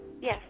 Yes